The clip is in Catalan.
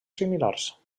similars